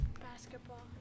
Basketball